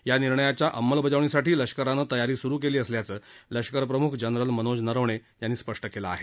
या निर्णयाच्या अंमलबजावणीसाठी लष्करानं तयारी स्रू केली असल्याचे लष्कर प्रम्ख जनरल मनोज नरवणे यांनी स्पष्ट केले आहे